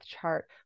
chart